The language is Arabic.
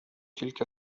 تلك